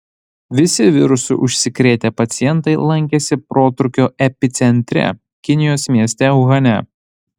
visi virusu užsikrėtę pacientai lankėsi protrūkio epicentre kinijos mieste uhane